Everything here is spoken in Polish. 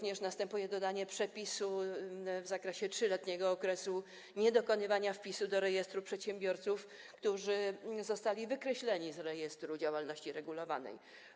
Następuje również dodanie przepisu w zakresie 3-letniego okresu niedokonywania wpisu do rejestru przedsiębiorców, którzy zostali wykreśleni z rejestru działalności regulowanej.